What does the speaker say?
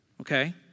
okay